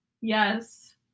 Yes